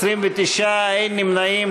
17, נגד, 29, אין נמנעים.